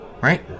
right